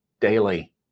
daily